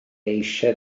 eisiau